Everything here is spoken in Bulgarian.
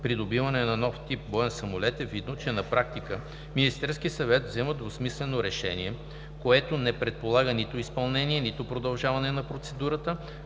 „Придобиване на нов тип боен самолет“ е видно, че на практика Министерският съвет взима двусмислено решение, което не предполага нито изпълнение, нито продължаване на процедурата,